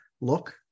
look